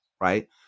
right